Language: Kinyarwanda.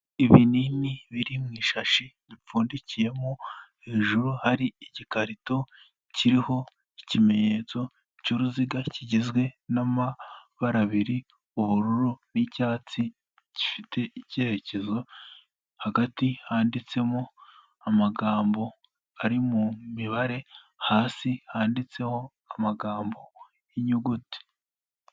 Ibinini biri mu ishashi bipfundikiyemo, hejuru hari igikarito kiriho ikimenyetso cy'uruziga kigizwe n'amabara abiri ubururu n'icyatsi, gifite icyerekezo, hagati handitsemo amagambo ari mu mibare, hasi handitseho amagambo y'inyuguti.